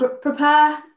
prepare